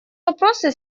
вопросы